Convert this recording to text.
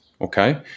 okay